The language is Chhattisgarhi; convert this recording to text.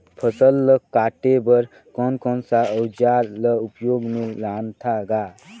फसल ल काटे बर कौन कौन सा अउजार ल उपयोग में लानथा गा